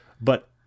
but-